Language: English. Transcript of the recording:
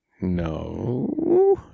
no